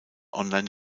online